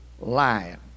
lion